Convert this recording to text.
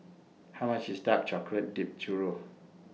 How much IS Dark Chocolate Dipped Churro